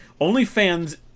OnlyFans